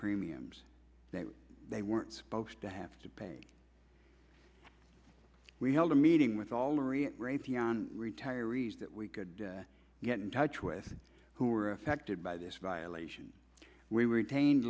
premiums that they weren't supposed to have to pay we held a meeting with all or at raytheon retirees that we could get in touch with who were affected by this violation we retained